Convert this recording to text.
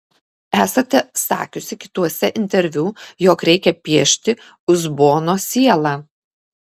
esate sakiusi kituose interviu jog reikia piešti uzbono sielą